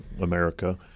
America